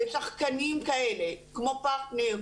ושחקנים כמו פרטנר,